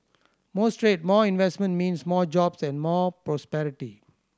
more trade more investment means more jobs and more prosperity